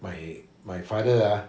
my my father ah